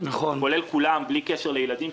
כולל כולם בלי קשר לילדים,